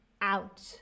out